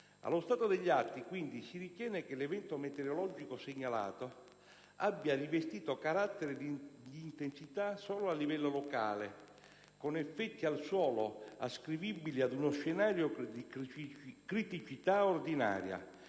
Allo stato degli atti, quindi, si ritiene che l'evento meteorologico segnalato abbia rivestito carattere di intensità solo a livello locale, con effetti al suolo ascrivibili ad uno scenario di criticità ordinaria